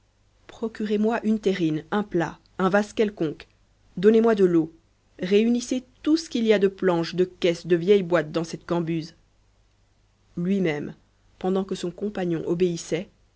procurez moi une terrine un plat un vase quelconque donnez-moi de l'eau réunissez tout ce qu'il y a de planches de caisses de vieilles boîtes dans cette cambuse lui-même pendant que son compagnon obéissait